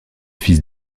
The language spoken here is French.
fils